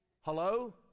Hello